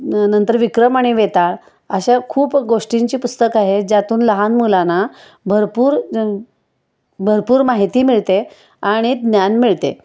न नंतर विक्रम आणि वेताळ अशा खूप गोष्टींची पुस्तकं आहेत ज्यातून लहान मुलांना भरपूर भरपूर माहिती मिळते आणि ज्ञान मिळते